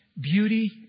beauty